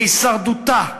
להישרדותה,